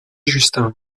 justin